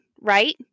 right